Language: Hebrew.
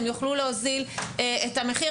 הם יכלו להוזיל את המחיר,